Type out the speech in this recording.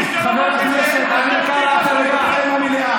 מה ההבדל בין זה לבין חוק האזרחות?